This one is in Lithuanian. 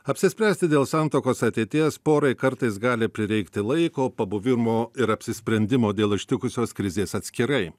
apsispręsti dėl santuokos ateities porai kartais gali prireikti laiko pabuvimo ir apsisprendimo dėl ištikusios krizės atskirai